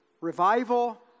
revival